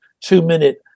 two-minute